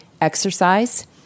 exercise